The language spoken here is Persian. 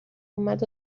اومد